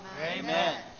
Amen